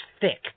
thick